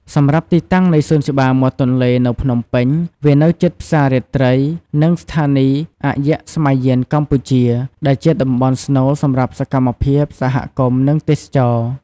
សម្រាប់ទីតាំងនៃសួនច្បារមាត់ទន្លេនៅភ្នំពេញ វានៅជិតផ្សាររាត្រី និងស្ថានីយអយស្ម័យយានកម្ពុជា ដែលជាតំបន់ស្នូលសម្រាប់សកម្មភាពសហគមន៍ និងទេសចរណ៍។